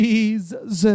Jesus